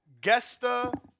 Gesta